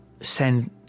send